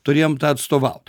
turėjom tą atstovaut